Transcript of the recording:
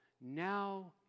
Now